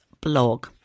blog